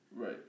Right